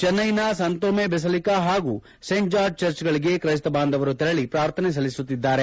ಚೆನ್ನೈನ ಸಂತೋಮೆ ಬೆಸಿಲಿಕಾ ಹಾಗೂ saint George ಚರ್ಚ್ಗಳಿಗೆ ಕ್ರೈಸ್ತ ಬಾಂಧವರು ತೆರಳಿ ಪ್ರಾರ್ಥನೆ ಸಲ್ಲಿಸುತ್ತಿದ್ದಾರೆ